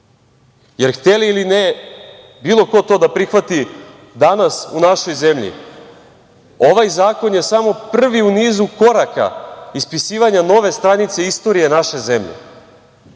Hteli ili ne, bilo ko to da prihvati danas u našoj zemlji, ovaj zakon je samo prvi u nizu koraka ispisivanja nove stranice istorije naše zemlje.